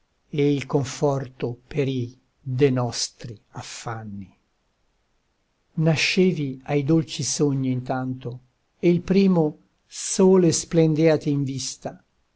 il conforto perì de nostri affanni nascevi ai dolci sogni intanto e il primo sole splendeati in vista